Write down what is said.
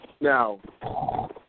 Now